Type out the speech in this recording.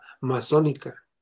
masónica